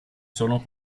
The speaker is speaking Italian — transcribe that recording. sono